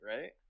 right